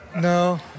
No